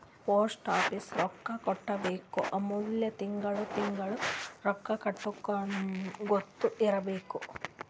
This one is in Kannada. ಫಸ್ಟ್ ಸ್ವಲ್ಪ್ ರೊಕ್ಕಾ ಕಟ್ಟಬೇಕ್ ಆಮ್ಯಾಲ ತಿಂಗಳಾ ತಿಂಗಳಾ ರೊಕ್ಕಾ ಕಟ್ಟಗೊತ್ತಾ ಇರ್ಬೇಕ್